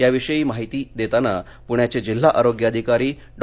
याविषयी अधिक माहिती देताना पुण्याचे जिल्हा आरोग्य अधिकारी डॉ